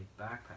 backpack